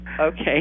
okay